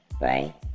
Right